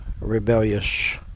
rebellious